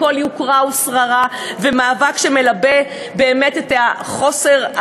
הכול יוקרה ושררה ומאבק שמלבה באמת את החוסר,